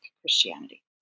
Christianity